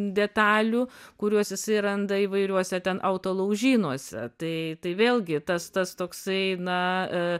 detalių kuriuos jisai randa įvairiuose ten autolaužynuose tai tai vėlgi tas tas toksai na